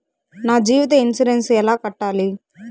నా జీవిత ఇన్సూరెన్సు ఎలా కట్టాలి?